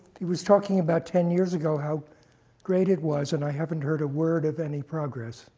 he was talking about ten years ago, how great it was, and i haven't heard a word of any progress.